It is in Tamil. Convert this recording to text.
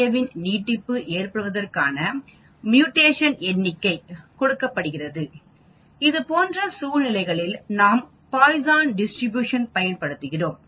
ஏவின் நீட்டிப்பு ஏற்படுவதற்கான மியூட்டேஷன் எண்ணிக்கை கொடுக்கப்படுகிறது இதுபோன்ற சூழ்நிலைகளில் நாம் பாய்சான் டிஸ்ட்ரிபியூஷன் பயன்படுத்துகிறோம்